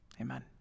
Amen